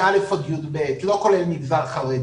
מכיתה א' עד כיתה י"ב, לא כולל מגזר חרדי,